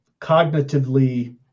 cognitively